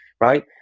Right